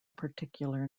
particular